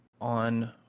on